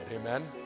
amen